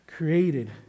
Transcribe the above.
Created